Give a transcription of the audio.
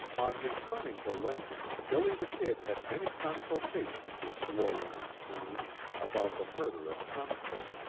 on returning to lincoln, billy the kid had many consultations with lawyer mcsween about the murder of tunstall.